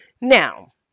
Now